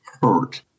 hurt